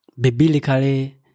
biblically